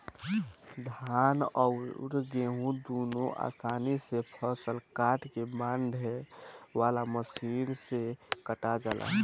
धान अउर गेंहू दुनों आसानी से फसल काट के बांधे वाला मशीन से कटा जाला